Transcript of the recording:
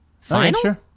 final